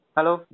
Hello